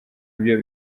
byo